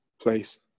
place